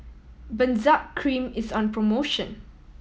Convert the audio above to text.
Benzac Cream is on promotion